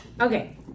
Okay